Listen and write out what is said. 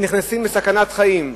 והם נכנסים לסכנת חיים,